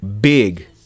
big